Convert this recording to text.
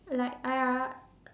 like I R